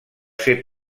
ser